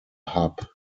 hub